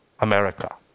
America